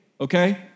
okay